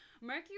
Mercury